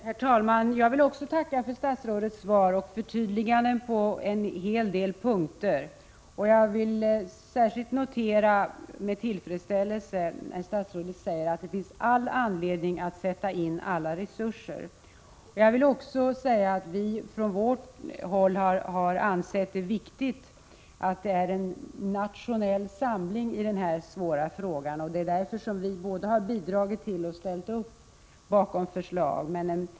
Herr talman! Jag vill också tacka för statsrådets svar och förtydliganden på en hel del punkter. Jag noterar med tillfredsställelse att statsrådet säger att det finns all anledning att sätta in alla resurser. Från moderat håll har vi också ansett att det är viktigt med en nationell samling i denna svåra fråga, och det är därför som vi både har bidragit till och har ställt upp bakom förslag.